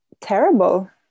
terrible